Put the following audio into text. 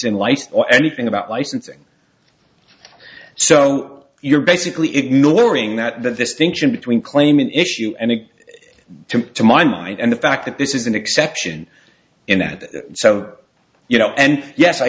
in light or anything about licensing so you're basically ignoring that the distinction between claim an issue and it to to my mind and the fact that this is an exception in that so you know and yes i